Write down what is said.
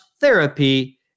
therapy